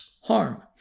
harm